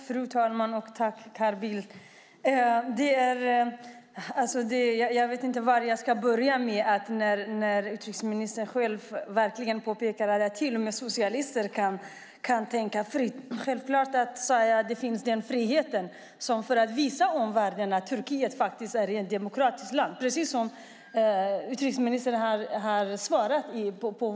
Fru talman! Tack, Carl Bildt! Jag vet inte var jag ska börja när utrikesministern själv påpekar att till och med socialister kan tänka fritt. Självklart, sade jag, finns den friheten för att visa omvärlden att Turkiet är ett i allt väsentligt demokratiskt land, precis som utrikesministern svarade.